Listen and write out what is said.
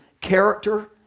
character